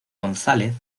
gonzález